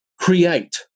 create